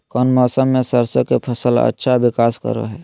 कौन मौसम मैं सरसों के फसल अच्छा विकास करो हय?